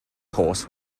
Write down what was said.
horse